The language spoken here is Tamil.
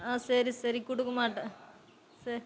ஆ சரி சரி கொடுக்க மாட்டேன் சே